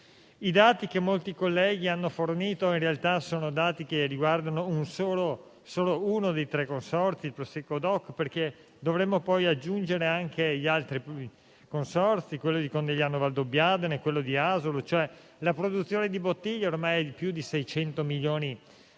I dati che molti colleghi hanno fornito in realtà riguardano solo uno dei tre consorzi, il Prosecco DOC, perché dovremmo poi aggiungere anche gli altri: quello di Conegliano Valdobbiadene e quello di Asolo. La produzione di bottiglie è ormai di più di 600 milioni all'anno e